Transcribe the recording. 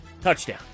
Touchdown